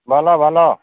ଭଲ ଭଲ